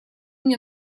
мне